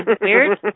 Weird